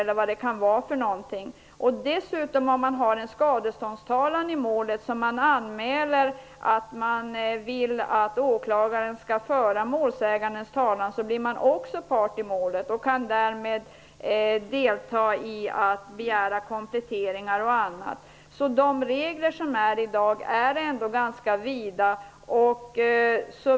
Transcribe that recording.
Om man dessutom har en skadeståndstalan i målet och anmäler att åklagaren skall föra målsägandens talan, så blir man också part i målet. Därmed kan man begära kompletteringar m.m. De regler som finns i dag är ändock ganska vida.